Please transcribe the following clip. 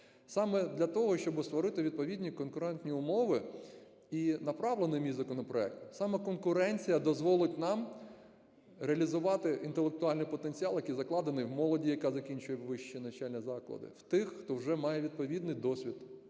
Саме для того, щоби створити відповідні конкурентні умови, і направлений мій законопроект. Саме конкуренція дозволить нам реалізувати інтелектуальний потенціал, який закладений в молоді, яка закінчує вищі навчальні заклади, в тих, хто вже має відповідний досвід,